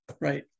right